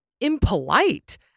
impolite